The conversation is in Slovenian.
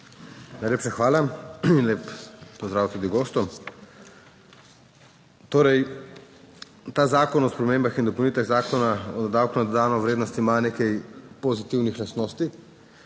Najlepša hvala. Lep pozdrav tudi gostom! Torej, ta Zakon o spremembah in dopolnitvah Zakona o davku na dodano vrednost ima nekaj pozitivnih lastnosti.